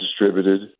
distributed